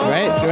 Right